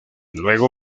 luego